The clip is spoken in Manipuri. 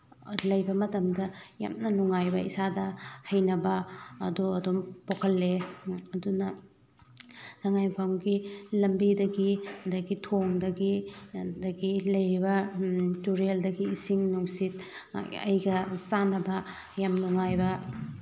ꯂꯩꯕ ꯃꯇꯝꯗ ꯌꯥꯝꯅ ꯅꯨꯡꯉꯥꯏꯕ ꯏꯁꯥꯗ ꯍꯩꯅꯕ ꯑꯗꯣ ꯑꯗꯨꯝ ꯄꯣꯛꯍꯜꯂꯦ ꯑꯗꯨꯅ ꯁꯉꯥꯏꯌꯨꯝꯐꯝꯒꯤ ꯂꯝꯕꯤꯗꯒꯤ ꯑꯗꯒꯤ ꯊꯣꯡꯗꯒꯤ ꯑꯗꯒꯤ ꯂꯩꯔꯤꯕ ꯇꯨꯔꯦꯜꯗꯒꯤ ꯏꯁꯤꯡ ꯅꯨꯡꯁꯤꯠ ꯑꯩꯒ ꯆꯥꯟꯅꯕ ꯌꯥꯝ ꯅꯨꯡꯉꯥꯏꯕ